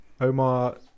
Omar